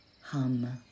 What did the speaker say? Hum